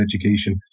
Education